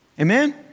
amen